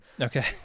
Okay